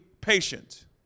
patient